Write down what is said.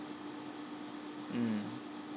mm